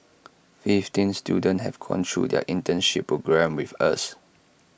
fifteen students have gone through their internship programme with us